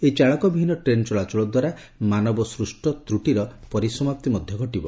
ଏହି ଚାଳକବିହୀନ ଟ୍ରେନ୍ ଚଳାଚଳ ଦ୍ୱାରା ମାନବସ୍ଥିଷ୍ଟ ଭୁଲ୍ର ପରିସମାପ୍ତି ମଧ୍ୟ ଘଟିବ